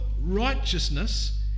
righteousness